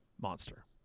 Monster